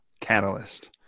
catalyst